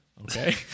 Okay